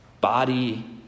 Body